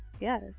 Yes